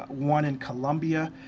one in columbia.